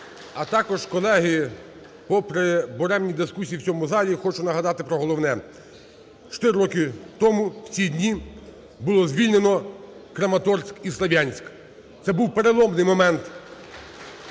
А також, колеги, попри буремні дискусії в цьому залі хочу нагадати про головне. Чотири роки тому в ці дні було звільнено Краматорськ і Слов'янськ. Це був переломний момент